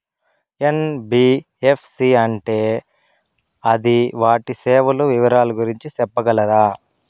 NBFC అంటే అది వాటి సేవలు వివరాలు గురించి సెప్పగలరా?